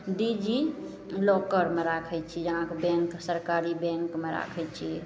digi लॉकरमे राखै छिए यहाँके बैँक सरकारी बैँकमे राखै छिए